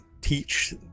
teach